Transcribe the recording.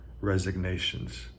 resignations